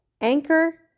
Anchor